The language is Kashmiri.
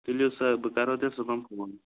تُلِو سا بہٕ کَرٕہو تیٚلہِ صُبحن فون